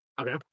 Okay